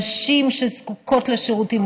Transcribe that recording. נשים שזקוקות לשירותים,